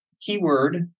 keyword